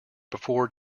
before